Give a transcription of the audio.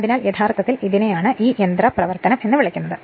അതിനാൽ യഥാർത്ഥത്തിൽ ഇതിനെയാണ് ഈ യന്ത്രപ്രവർത്തനം എന്ന് വിളിക്കുന്നത്